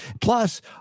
Plus